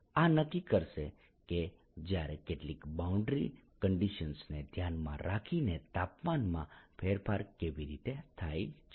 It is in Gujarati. આ નક્કી કરશે કે જ્યારે કેટલીક બાઉન્ડ્રી કંડિશન્સ ને ધ્યાનમાં રાખીને તાપમાનમાં ફેરફાર કેવી રીતે થાય છે